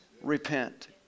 repent